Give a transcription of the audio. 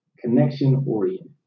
connection-oriented